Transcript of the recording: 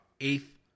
eighth